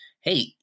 Hey